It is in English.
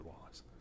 Wallace